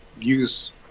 use